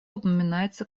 упоминается